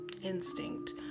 instinct